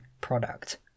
product